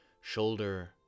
shoulder